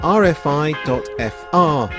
rfi.fr